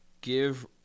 give